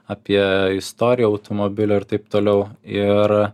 apie istoriją automobilio ir taip toliau ir